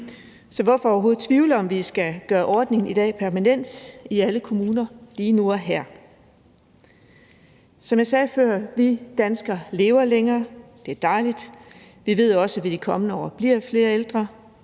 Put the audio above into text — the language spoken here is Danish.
Så hvorfor overhovedet tvivle, om vi skal gøre ordningen i dag permanent i alle kommuner lige nu og her? Som jeg sagde før, lever vi danskere længere. Det er dejligt. Vi ved også, at vi i de kommende år bliver flere ældre.